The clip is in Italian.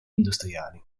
industriali